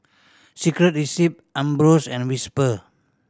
Secret Recipe Ambros and Whisper